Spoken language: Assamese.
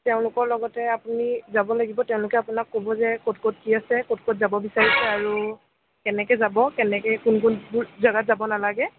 তেওঁলোকৰ লগতে আপুনি যাব লাগিব তেওঁলোকে আপোনাক ক'ব যে ক'ত ক'ত কি আছে ক'ত ক'ত যাব বিচাৰিছে আৰু কেনেকৈ যাব কেনেকৈ কোন কোনবোৰ জাগাত যাব নালাগে